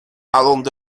adonde